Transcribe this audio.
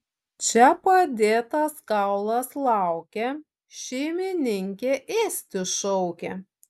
čia padėtas kaulas laukia šeimininkė ėsti šaukia